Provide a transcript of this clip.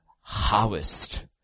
harvest